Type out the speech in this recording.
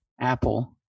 apple